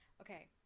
Okay